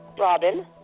Robin